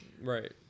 Right